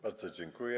Bardzo dziękuję.